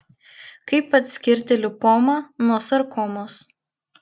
kaip atskirti lipomą nuo sarkomos